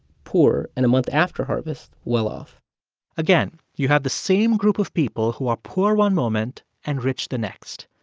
poor, and a month after harvest, well-off again, you have the same group of people who are poor one moment and rich the next.